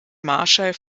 marschall